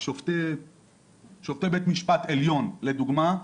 שופטי בית משפט עליון לדוגמא,